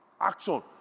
Action